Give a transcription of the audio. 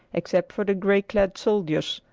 except for the gray-clad soldiers,